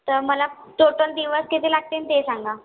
तर मला टोटल दिवस किती लागतील ते सांगा